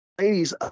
ladies